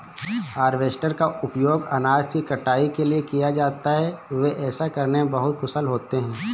harvester का उपयोग अनाज की कटाई के लिए किया जाता है, वे ऐसा करने में बहुत कुशल होते हैं